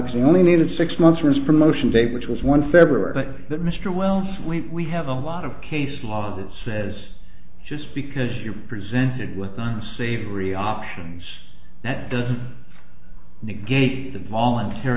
as the only needed six months for his promotion date which was one february but that mr wells sweet we have a lot of case law that says just because you are presented with the savory options that doesn't negate the volunt